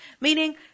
Meaning